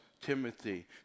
Timothy